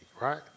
right